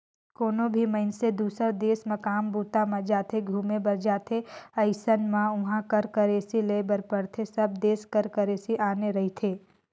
कोनो भी मइनसे दुसर देस म काम बूता म जाथे, घुमे बर जाथे अइसन म उहाँ कर करेंसी लेय बर पड़थे सब देस कर करेंसी आने रहिथे